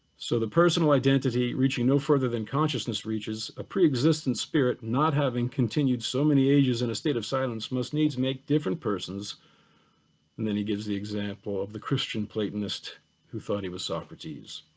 so the personal identity reaching no further than consciousness reaches, a preexistent spirit, not having continued so many ages in a state of silence, must needs make different persons and then he gives the example of the christian platonist who thought he was socrates.